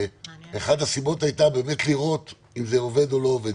אחת הסיבות הייתה כדי לראות אם זה עובד או לא עובד,